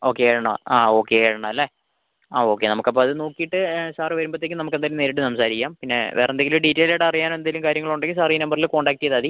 okay ആണോ ആ okay ആണല്ലേ ആ ഓക്കെ നമുക്ക് അപ്പം അത് നോക്കിയിട്ട് സാറ് വെരുമ്പത്തേക്കും നമുക്ക് എന്തായാലും നേരിട്ട് സംസാരിക്കാം പിന്നെ വേറെ എന്തെങ്കിലും ഡീറ്റെയിൽ ആയിട്ട് അറിയാൻ എന്തേലും കാര്യങ്ങൾ ഉണ്ടെങ്കിൽ സാർ ഈ നമ്പറില് കോൺടാക്ട് ചെയ്താൽ മതി